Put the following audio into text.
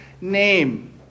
name